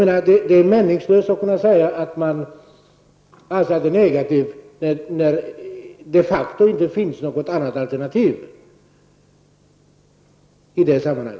Men det är meningslöst att säga att något är negativt när det de facto inte finns något annat alternativ i detta sammanhang.